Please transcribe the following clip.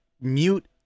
mute